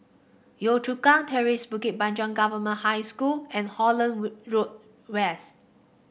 Yio Chu Kang Terrace Bukit Panjang Government High School and Holland wood Road West